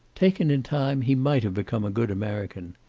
taken in time he might have become a good american.